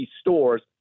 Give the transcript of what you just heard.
stores